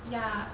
ya